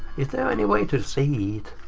is there any way to see it?